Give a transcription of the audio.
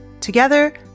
Together